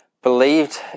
believed